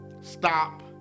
stop